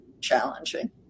challenging